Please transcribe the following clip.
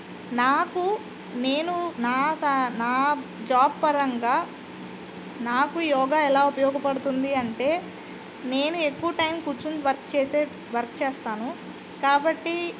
నాకు నేను నా నా జాబ్ పరంగా నాకు యోగా ఎలా ఉపయోగపడుతుంది అంటే నేను ఎక్కువ టైం కూర్చుని వర్క్ చేసే వర్క్ చేస్తాను కాబట్టి